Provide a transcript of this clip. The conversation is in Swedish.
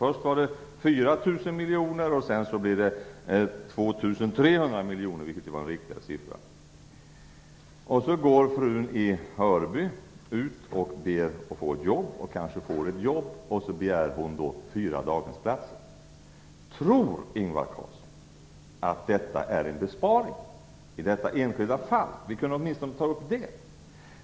Först nämndes en besparing om 4 000 miljoner och sedan en besparing om 2 300 miljoner, vilket var en riktigare uppgift. Efter nyår går då frun i Hörby ut och söker ett jobb och får kanske ett sådant. Samtidigt begär hon fyra daghemsplatser. Tror Ingvar Carlsson att det är en besparing i detta enskilda fall? Vi kunde åtminstone ta upp det.